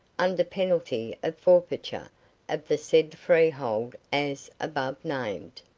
under penalty of forfeiture of the said freehold as above named.